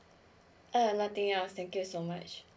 err nothing else thank you so much